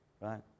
right